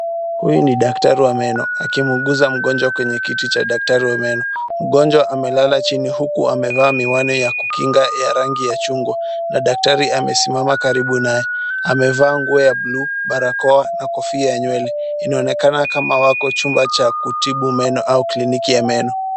Huyu ni daktari wa meno akimuuguza mgonjwa kwenye kiti cha daktari wa meno. Mgonjwa amelala chini huku amevaa miwani ya kukinga ya rangi ya chungwa na daktari amesimama karibu naye. Amevaa nguo ya buluu, barakoa na kofia ya nywele. Inaonekana kama wako chumba cha Kutibu meno au kliniki ya meno.